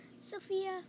Sophia